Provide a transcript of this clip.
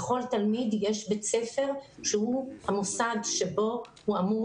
לכל תלמיד יש בית ספר שהוא המוסד שבו הוא אמור